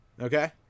okay